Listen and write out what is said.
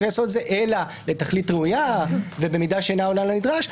היסוד אלא לתכלית ראויה ובמידה שאינה עולה על הנדרש.